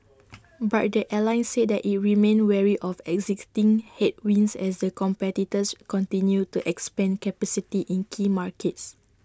but the airline said that IT remained wary of existing headwinds as the competitors continue to expand capacity in key markets